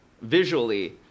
visually